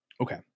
Okay